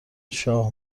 شاه